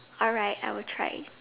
alright I will try